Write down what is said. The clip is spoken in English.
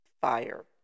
fire